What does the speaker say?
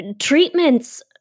treatments